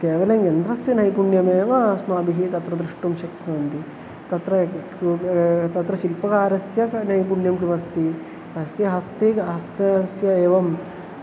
केवलं यन्त्रस्य नैपुण्यमेव अस्माभिः तत्र द्रष्टुं शक्नोति तत्र तत्र शिल्पकारस्य नैपुण्यं किमस्ति अस्य हस्ते हस्तस्य एवम्